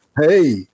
Hey